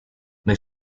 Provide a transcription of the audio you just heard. nei